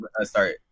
Sorry